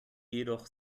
jedoch